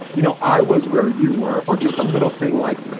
you know, i was where you were or just a little thing like,